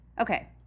okay